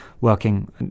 working